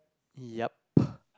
yup